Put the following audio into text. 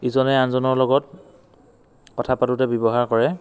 ইজনে আনজনৰ লগত কথা পাতোতে ব্যৱহাৰ কৰে